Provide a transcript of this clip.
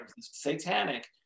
satanic